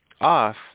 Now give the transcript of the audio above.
off